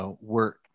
work